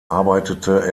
arbeitete